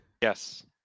Yes